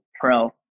pro